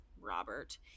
Robert